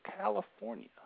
California